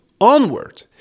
onward